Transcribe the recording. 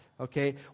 okay